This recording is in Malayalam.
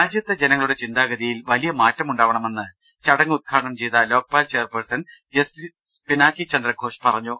രാജ്യത്തെ ജനങ്ങളുടെ ചിന്താ ഗതിയിൽ വലിയ മാറ്റം ഉണ്ടാവണമെന്ന് ചടങ്ങ് ഉദ്ഘാടനം ചെയ്ത ലോക്പാൽ ചെയർപേഴ്സൺ ജസ്റ്റിസ് പിനാകിചന്ദ്ര ഘോഷ് പറഞ്ഞു